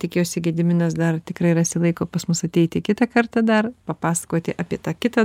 tikiuosi gediminas dar tikrai rasi laiko pas mus ateiti kitą kartą dar papasakoti apie tą kitą